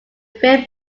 film